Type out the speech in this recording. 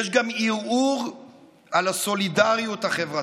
יש גם ערעור על הסולידריות החברתית,